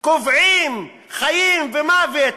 קובעים חיים ומוות